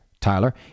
Tyler